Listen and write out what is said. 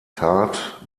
tat